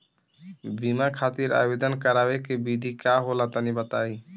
बीमा खातिर आवेदन करावे के विधि का होला तनि बताईं?